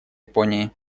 японии